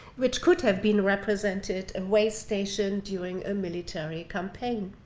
which could have been represented a way station doing a military campaign.